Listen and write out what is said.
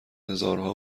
هزارها